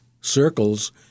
circles